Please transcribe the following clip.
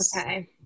Okay